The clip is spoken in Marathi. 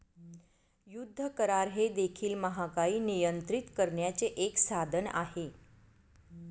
युद्ध करार हे देखील महागाई नियंत्रित करण्याचे एक साधन आहे